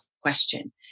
question